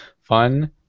Fun